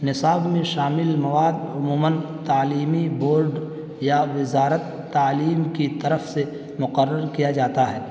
نصاب میں شامل مواد عموماً تعلیمی بورڈ یا وزارت تعلیم کی طرف سے مقرر کیا جاتا ہے